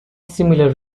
similar